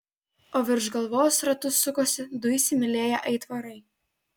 o virš galvos ratu sukosi du įsimylėję aitvarai